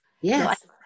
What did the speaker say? Yes